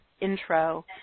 intro